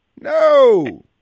No